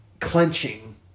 clenching